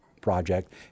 project